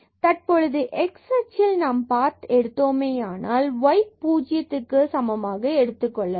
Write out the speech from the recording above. தற்பொழுது x அச்சில் நாம் பாத் எடுத்தோமானால் டெல்டா y பூஜ்ஜியத்துக்கு சமமாக எடுத்துக்கொள்ளலாம்